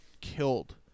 killed